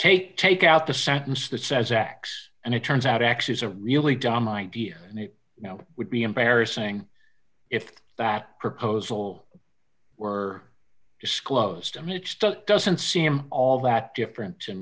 take take out the sentence that says x and it turns out x is a really dumb idea and it would be embarrassing if that proposal were disclosed i mean it still doesn't seem all that different to